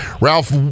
Ralph